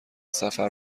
سفر